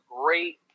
great